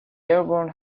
dearborn